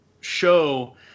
show